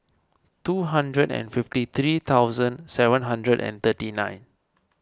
two hundred and fifty three thousand seven hundred and thirty nine